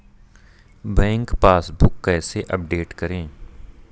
Bank passbook कैसे update करें?